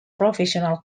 professional